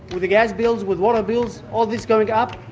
with gas bills, with water bills, all this going up,